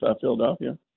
Philadelphia